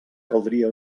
caldria